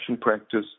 practice